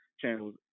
channels